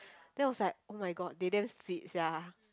then I was like oh-my-god they damn sweet sia